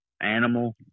Animal